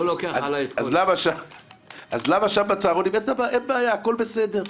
אז למה בצהרונים אין בעיה, הכול בסדר?